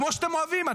כמו שאתם אוהבים.